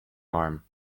arm